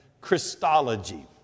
Christology